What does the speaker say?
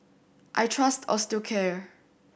I trust Osteocare